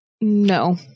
no